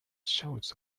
shouts